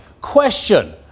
question